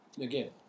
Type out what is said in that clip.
again